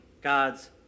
God's